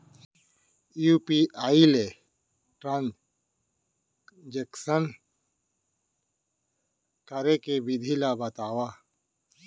UPI ले transaction करे के विधि ला बतावव?